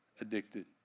addicted